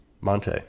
Monte